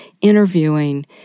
interviewing